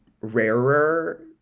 rarer